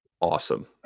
awesome